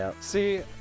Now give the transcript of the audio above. See